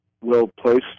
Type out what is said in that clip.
well-placed